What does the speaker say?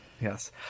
Yes